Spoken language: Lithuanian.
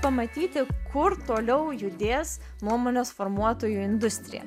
pamatyti kur toliau judės nuomonės formuotojų industrija